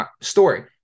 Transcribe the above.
story